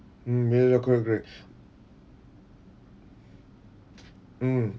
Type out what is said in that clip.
mm may be loh correct correct mm